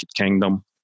Kingdom